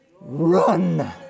Run